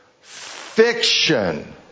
fiction